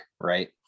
Right